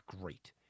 great